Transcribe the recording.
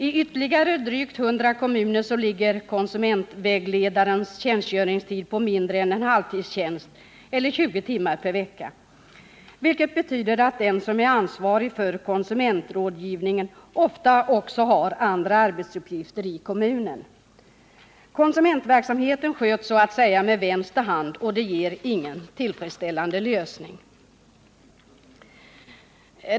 I ytterligare drygt 100 kommuner är konsumentvägledarens tjänstgöring mindre än en halvtidstjänst eller 20 timmar per vecka, vilket betyder att den som är ansvarig för konsumentrådgivningen ofta också har andra arbetsuppgifter i kommunen. Konsumentverksamheten sköts så att säga med vänster hand, och det är ingen tillfredsställande lösning.